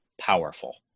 powerful